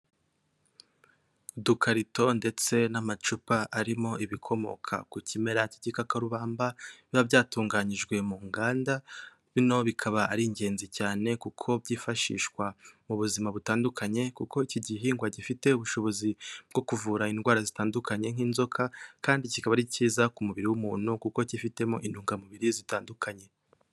Udukarito ndetse n'amacupa arimo ibikomoka ku kimera cy'igikakarubamba, biba byatunganyijwe mu nganda, bino bikaba ari ingenzi cyane kuko byifashishwa mu buzima butandukanye, kuko iki gihingwa gifite ubushobozi bwo kuvura indwara zitandukanye nk'inzoka, kandi kikaba ari cyiza ku mubiri w'umuntu kuko cyifitemo intungamubiri zitandukanye.